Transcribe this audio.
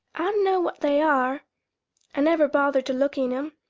i dunno what they are i never bothered to look in em,